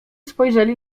spojrzeli